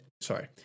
sorry